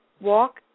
walk